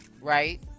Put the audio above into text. right